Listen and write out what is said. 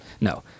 No